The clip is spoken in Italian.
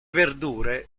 verdure